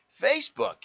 Facebook